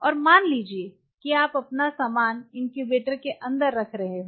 और मान लीजिए कि आप अपना सामान इनक्यूबेटर के अंदर रख रहे हैं